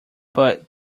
but